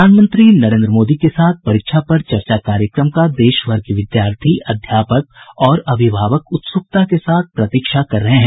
प्रधानमंत्री नरेंद्र मोदी के साथ परीक्षा पर चर्चा कार्यक्रम का देशभर के विद्यार्थी अध्यापक और अभिभावक उत्सुकता के साथ प्रतीक्षा कर रहे हैं